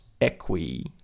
equi